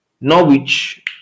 Norwich